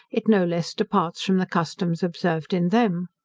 it no less departs from the customs observed in them.